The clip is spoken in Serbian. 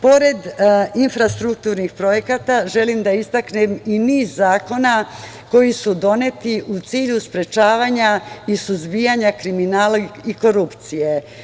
Pored infrastrukturnih projekata, želim da istaknem i niz zakona koji su doneti u cilju sprečavanja i suzbijanja kriminala i korupcije.